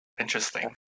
Interesting